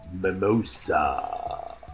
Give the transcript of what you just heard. Mimosa